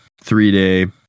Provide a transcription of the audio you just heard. three-day